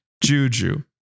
Juju